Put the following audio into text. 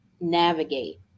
navigate